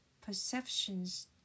perceptions